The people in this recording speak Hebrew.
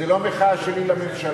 זו לא המחאה שלי לממשלה.